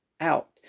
out